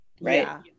Right